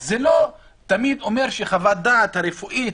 אז זה לא תמיד אומר שחוות הדעת הרפואית